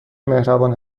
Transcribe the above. مهربان